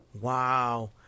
Wow